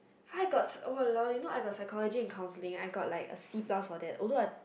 I got !walao! leh you know I got psychology counselling I got like C plus that although I